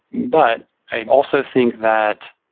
but i also think that,